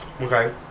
Okay